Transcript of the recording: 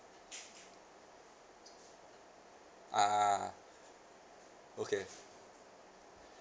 ah okay